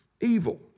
evil